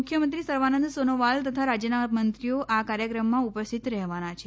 મુખ્યમંત્રી સર્વાનંદ સોનોવાલ તથા રાજ્યના મંત્રીઓ આ કાર્યક્રમમાં ઉલ સ્થિત રહેવાના છે